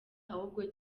ahubwo